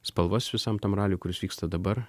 spalvas visam tam raliui kuris vyksta dabar